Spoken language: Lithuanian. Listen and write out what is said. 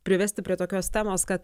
privesti prie tokios temos kad